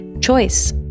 choice